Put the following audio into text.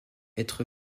être